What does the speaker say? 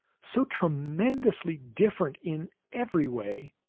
so tremendously different in every way,